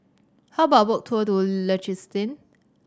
how about a boat tour in Liechtenstein